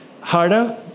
harder